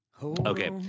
Okay